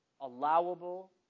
allowable